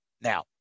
Now